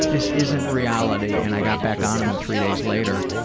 this isn't reality' and i got back on them and three days later,